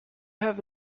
have